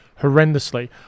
horrendously